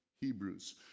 Hebrews